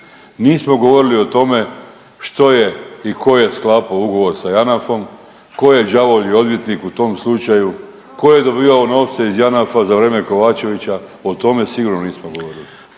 Nismo govorili o tome što je i tko je sklapao ugovor sa Janafom, tko je đavolji odvjetnik u tom slučaju, tko je dobivao novce iz Janafa za vrijeme Kovačevića o tome sigurno nismo govorili.